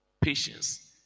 patience